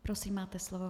Prosím, máte slovo.